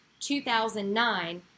2009